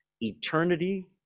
eternity